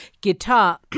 guitar